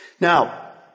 Now